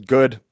Good